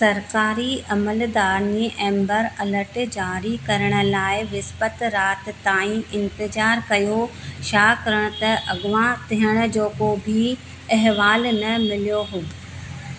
सरकारी अमलदानी amber alert जारी करण लाइ विस्पत राति ताईं इंतजारु कयो छाकाणि त अगवा थियण जो को बि अहिवाल न मिल्यो हो